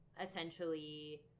essentially